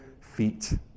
feet